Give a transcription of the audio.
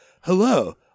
hello